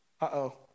uh-oh